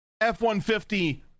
F-150